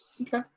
Okay